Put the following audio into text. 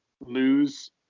lose